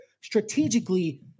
strategically